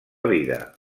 vida